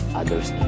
others